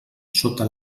sota